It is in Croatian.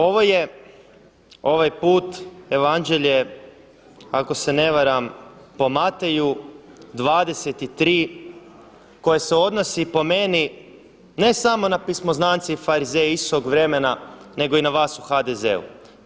Ovo je ovaj put evanđelje ako se ne varam po Mateju 23 koje se odnosi po mene ne samo na pismoznance i farizeje Isusovog vremena nego i na vas u HDZ-u.